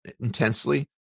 intensely